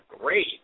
Great